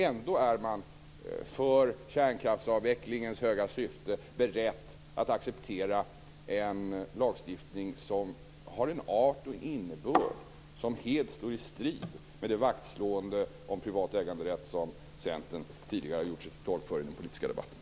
Ändå är man för kärnkraftsavvecklingens höga syfte beredd att acceptera en lagstiftning av en innebörd som helt står i strid med det vaktslående om privat äganderätt som Centern tidigare gjort sig till tolk för i den politiska debatten.